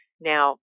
Now